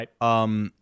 right